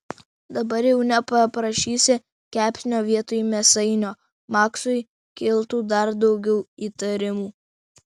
dabar jau nepaprašysi kepsnio vietoj mėsainio maksui kiltų dar daugiau įtarimų